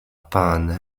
pan